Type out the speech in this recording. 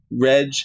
Reg